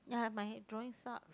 ya my drawing sucks